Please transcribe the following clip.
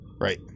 right